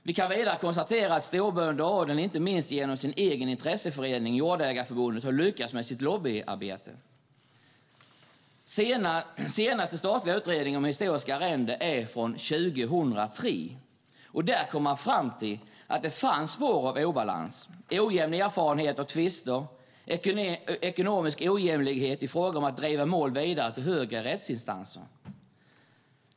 Vi kan vidare konstatera att storbönder och adeln inte minst genom sin egen intresseförening Jordägareförbundet har lyckats med sitt lobbyarbete. Den senaste statliga utredningen om historiska arrenden är från 2003. Där kom man fram till att det fanns spår av obalans, ojämn erfarenhet av tvister och ekonomisk ojämlikhet i fråga om att driva mål vidare till högre rättsinstanser.